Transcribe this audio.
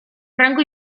franco